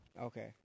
Okay